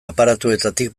aparatuetatik